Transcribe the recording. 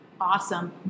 Awesome